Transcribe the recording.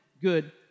good